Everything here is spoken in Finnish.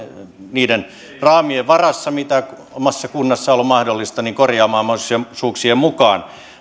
niiden raamien varassa mitä omassa kunnassa on ollut korjaamaan mahdollisuuksien mukaan